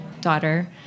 daughter